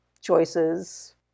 choices